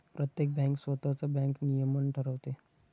प्रत्येक बँक स्वतःच बँक नियमन ठरवते